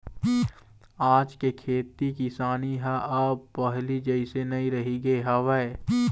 आज के खेती किसानी ह अब पहिली जइसे नइ रहिगे हवय